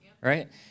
right